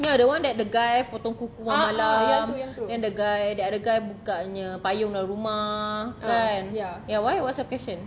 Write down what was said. ya the one that the guy potong kuku malam-malam then the guy the other guy bukanya payung dalam rumah kan ya ya why what's your question